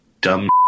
dumb